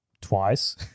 Twice